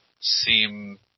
seem